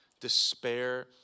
despair